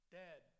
dead